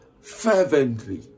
fervently